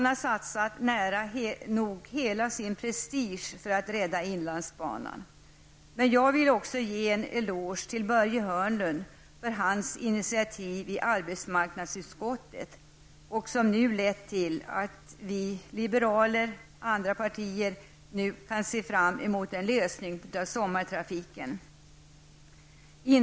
Han har satsat nära nog hela sin prestige för att rädda inlandsbanan. Men jag vill också ge Börje Hörnlund en eloge för dennes initiativ i arbetsmarknadsutskottet, som har lett till att vi liberaler och andra i andra partier nu kan se fram emot en lösning beträffande sommartrafiken på inlandsbanan.